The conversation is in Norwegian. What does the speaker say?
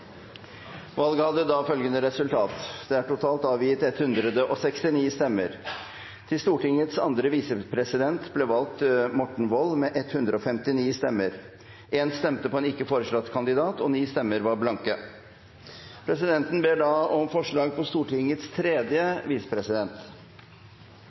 Valget hadde dette resultatet: Det ble avgitt totalt 169 stemmer. Til Stortingets andre visepresident ble valgt Morten Wold med 159 stemmer. For en ikke foreslått kandidat ble det avgitt 1 stemme. 9 stemmesedler var blanke. Presidenten ber så om forslag på Stortingets tredje